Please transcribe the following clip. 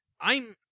I'm-